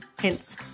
Hints